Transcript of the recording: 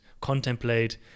contemplate